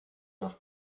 nach